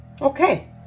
okay